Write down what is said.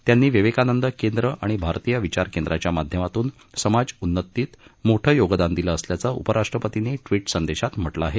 त्यांनी विवेकानंद केंद्र आणि भारतीय विचार केंद्राच्या माध्यमातून समाज उन्नतीत मोठं योगदान दिलं असल्याचं उपराष्ट्रपतींनी ट्विट संदेशात म्हटलं आहे